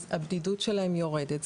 אז הבדידות שלהם יורדת.